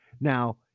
Now